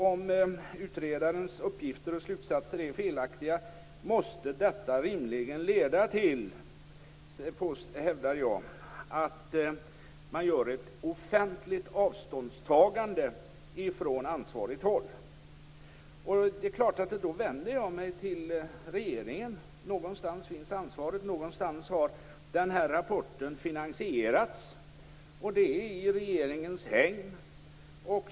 Om utredarens uppgifter och slutsatser är felaktiga, måste detta rimligen leda till ett offentligt avståndstagande från ansvarigt håll. Det är klart att jag då vänder mig till regeringen. Någonstans finns ansvaret och någonstans har den här rapporten finansierats. Den är i regeringens hägn.